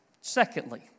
Secondly